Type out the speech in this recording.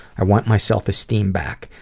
i want my self-esteem back.